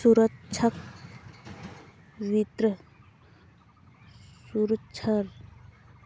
सुरक्षाक वित्त सुरक्षार